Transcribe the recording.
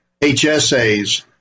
HSAs